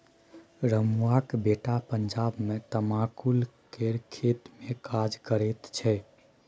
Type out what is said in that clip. रमुआक बेटा पंजाब मे तमाकुलक खेतमे काज करैत छै